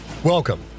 Welcome